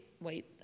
Wait